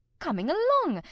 coming along,